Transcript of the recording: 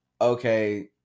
okay